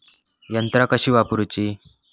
यंत्रा कशी वापरूची?